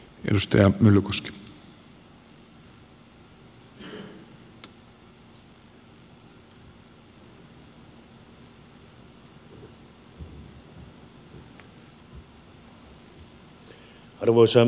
arvoisa herra puhemies